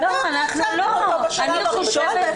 --- בשלב הראשון,